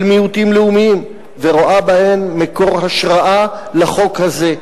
מיעוטים לאומיים ורואה בהן מקור השראה לחוק הזה.